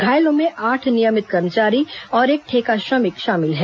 घायलों में आठ नियमित कर्मचारी और एक ठेका श्रमिक शामिल है